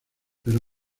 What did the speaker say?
pero